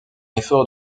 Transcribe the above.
effort